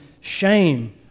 shame